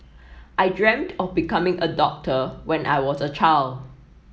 I dreamt of becoming a doctor when I was a child